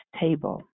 table